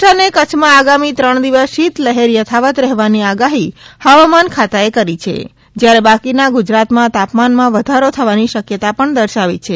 હવા મા ન સૌરાષ્ટ્ર અને કચ્છમા આગામી ત્રણ દિવસ શીતલહેર યથાવત રહેવાની આગાહી હવામાન ખાતાએ કરી છે જ્યારે બાકીના ગુજરાતમા તાપમાનમા વધારો થવાની શક્યતા પણ દર્શાવી છે